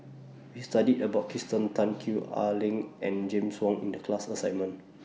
We studied about Kirsten Tan Gwee Ah Leng and James Wong in The class assignment